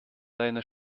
deiner